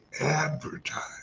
advertise